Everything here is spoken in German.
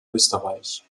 österreich